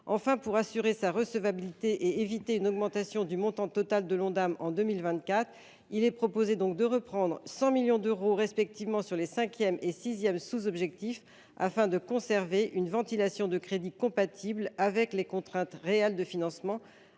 Enfin, pour assurer sa recevabilité et éviter une augmentation du montant total de l’Ondam en 2024, il est proposé de reprendre 100 millions d’euros, respectivement sur les cinquième et sixième sous objectifs, afin de conserver une ventilation de crédits compatible avec les contraintes réelles de financement,